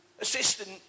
assistant